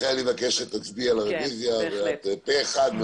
לכן אני מבקש שתצביעי על הרביזיה פה אחד,